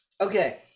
okay